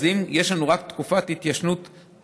אז אם יש לנו רק תקופת התיישנות סגורה,